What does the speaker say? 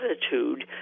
Attitude